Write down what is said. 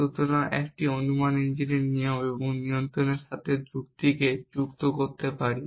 সুতরাং আমরা একটি অনুমান ইঞ্জিনের সাথে নিয়ম এবং নিয়ন্ত্রণের সাথে যুক্তিকে যুক্ত করতে পারি